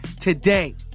today